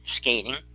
skating